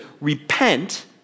repent